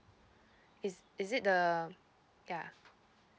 is is it the ya